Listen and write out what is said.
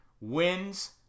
Wins